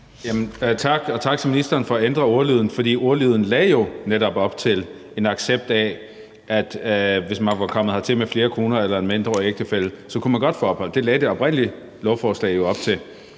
Tak, og tak til ministeren for at ændre ordlyden, for ordlyden lagde jo netop op til en accept af, at hvis man var kommet hertil med flere koner eller en mindreårig ægtefælle, kunne man godt få ophold. Det lagde det oprindelige lovforslag jo op til.